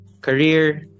career